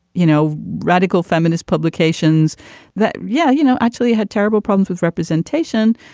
you know, radical feminist publications that. yeah, you know, actually had terrible problems with representation,